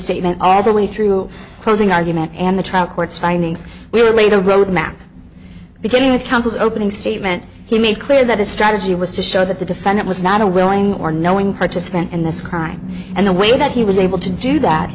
statement our way through closing argument and the trial court's findings were laid a road map beginning with counsel's opening statement he made clear that his strategy was to show that the defendant was not a willing or knowing participant in this crime and the way that he was able to do that